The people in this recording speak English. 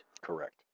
Correct